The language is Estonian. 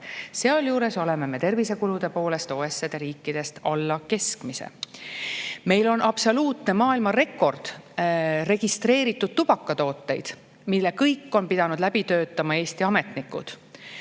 Sealjuures oleme me tervisekulude poolest OECD riikidest alla keskmise. Meil on absoluutne maailmarekord registreeritud tubakatooteid, mille kõik on pidanud läbi töötama Eesti ametnikud.